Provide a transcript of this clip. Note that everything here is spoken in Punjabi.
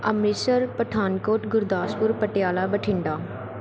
ਅੰਮ੍ਰਿਤਸਰ ਪਠਾਨਕੋਟ ਗੁਰਦਾਸਪੁਰ ਪਟਿਆਲਾ ਬਠਿੰਡਾ